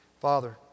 Father